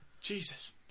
Jesus